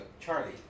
Charlie